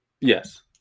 Yes